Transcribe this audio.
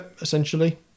essentially